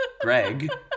Greg